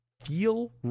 feel